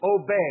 obey